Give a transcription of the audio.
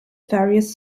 various